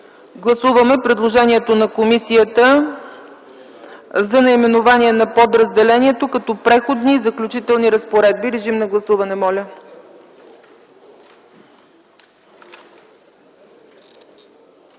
Гласуваме предложението на комисията за наименование на подразделението като „Преходни и заключителни разпоредби”. Гласували